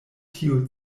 tio